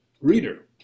Reader